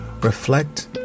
reflect